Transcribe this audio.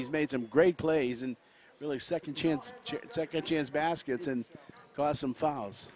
he's made some great plays and really second chance second chance baskets and some files